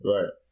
Right